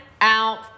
out